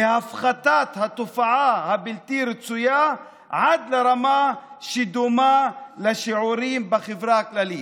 להפחתת התופעה הבלתי-רצויה עד לרמה שדומה לשיעורים בחברה הכללית.